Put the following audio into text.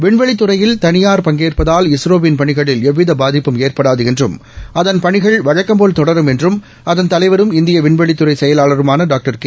விண்வெளித் துறையில் தனியார் பங்கேற்பதால் இஸ்ரோவின் பணிகளில் எவ்வித பாதிப்பும் ஏற்படாது என்றும் அதன் பணிகள் வழக்கம்போல் தொடரும் என்றும் அதன் தலைவரும் இந்திய விண்வெளித் துறை செயலாளருமான டாக்டர் கே